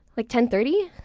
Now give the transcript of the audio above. like ten thirty?